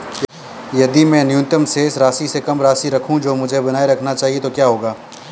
यदि मैं न्यूनतम शेष राशि से कम राशि रखूं जो मुझे बनाए रखना चाहिए तो क्या होगा?